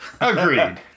Agreed